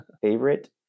favorite